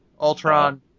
Ultron